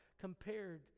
compared